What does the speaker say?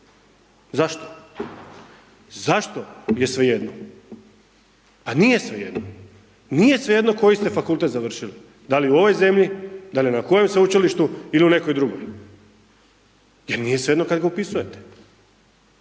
Zašto, zašto je svejedno, pa nije svejedno, nije svejedno koji ste fakultet završili, da li u ovoj zemlji, da li na kojem sveučilištu ili u nekoj drugoj, jer nije sve jedno kad ga upisujete.